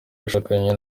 yashakanye